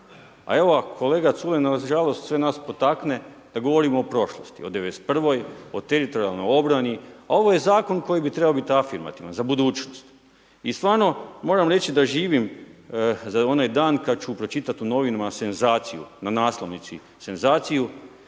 A evo kolega Culej, na žalost sve nas potakne da govorimo o prošlosti o 91. o teritorijalnoj obrani, a ovo je zakon koji bi trebao biti afirmativan, za budućnost. I stvarno moram reći da živim za onaj dan kad ću pročitat u novinama senzaciju na naslovnici, senzaciju